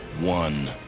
One